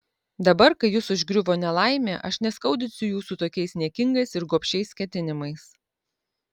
dabar kai jus užgriuvo nelaimė aš neskaudinsiu jūsų tokiais niekingais ir gobšiais ketinimais